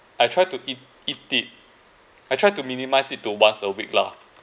I try to eat eat it I try to minimise it to once a week lah